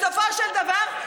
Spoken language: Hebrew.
בסופו של דבר,